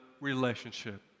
relationship